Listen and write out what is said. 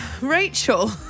rachel